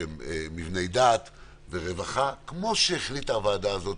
של מבני דת ורווחה, כפי שהחליטה הוועדה הזאת,